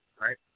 right